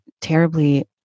terribly